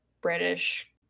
british